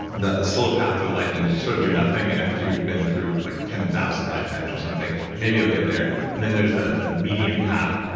the the slow path to enlightenment is that you sort of do nothing and after you've been through like ten thousand lifetimes or something, maybe you'll get there. and then there's the the medium path,